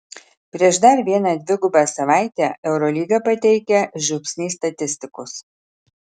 prieš dar vieną dvigubą savaitę eurolyga pateikia žiupsnį statistikos